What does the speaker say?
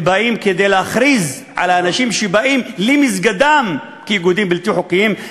הם באים להכריז על אנשים שבאים למסגדם כעל איגודים בלתי חוקיים,